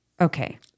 Okay